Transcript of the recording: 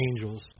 angels